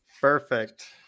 perfect